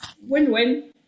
win-win